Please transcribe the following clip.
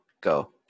go